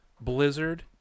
blizzard